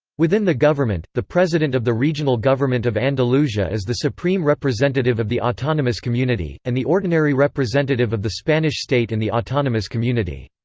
within the government, the president of the regional government of andalusia is the supreme representative of the autonomous community, and the ordinary representative of the spanish state in and the autonomous community.